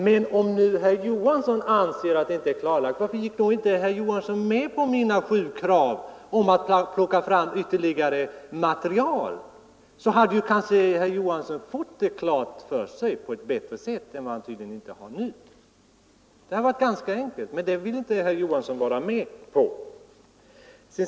Men om nu herr Johansson inte anser att det är klarlagt, varför gick då inte herr Johansson med på mina sju krav att man skulle plocka fram ytterligare material? Då hade kanske herr Johansson fått detta klart för sig på ett bättre sätt, som nu tydligen inte är fallet. Det hade varit mycket enkelt, men det ville inte herr Johansson vara med om.